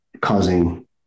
causing